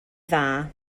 dda